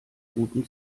guten